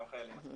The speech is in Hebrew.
גם חיילים.